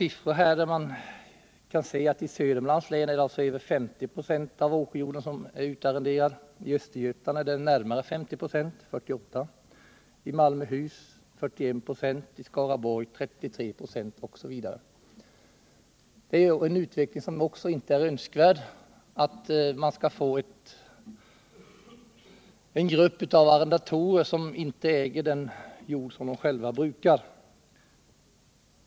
I Sörmlands län är över 50 96 av åkerjorden utarrenderad, i Östergötlands län 48 96, i Malmöhus län 41 96, i Skaraborgs län 33 26, osv. Detta är en utveckling som inte är önsk värd. Vi håller på att få en grupp människor, arrendatorer, som inte själva äger den jord de brukar.